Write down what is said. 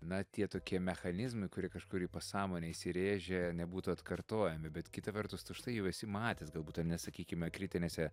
na tie tokie mechanizmai kurie kažkur į pasąmonę įsirėžę nebūtų atkartojami bet kita vertus tu štai jau esi matęs galbūt ane sakykime kritinėse